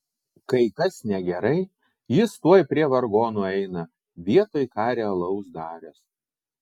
kai kas negerai jis tuoj prie vargonų eina vietoj ką realaus daręs